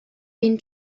been